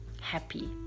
happy